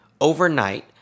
overnight